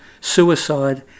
suicide